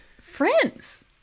friends